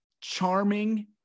charming